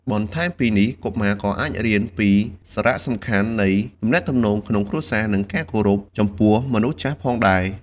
បន្ថែមពីនេះ កុមារក៏អាចរៀនពីសារៈសំខាន់នៃទំនាក់ទំនងក្នុងគ្រួសារ និងការគោរពចំពោះមនុស្សចាស់ផងដែរ។